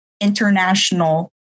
international